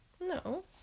no